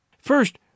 First